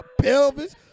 pelvis